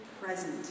present